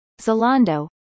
Zalando